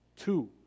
Two